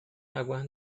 agua